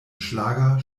schlager